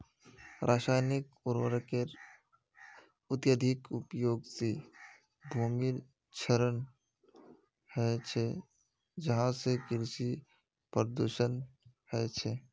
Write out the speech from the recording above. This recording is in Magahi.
रासायनिक उर्वरकेर अत्यधिक उपयोग से भूमिर क्षरण ह छे जहासे कृषि प्रदूषण ह छे